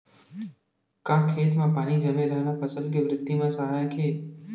का खेत म पानी जमे रहना फसल के वृद्धि म सहायक हे?